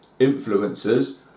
influencers